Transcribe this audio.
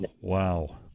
wow